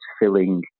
filling